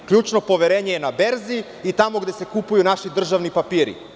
Ključno poverenje je na berzi i tamo gde se kupuju naši državni papiri.